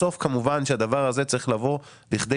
בסוף כמובן שהדבר הזה צריך לבוא לכדי